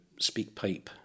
Speakpipe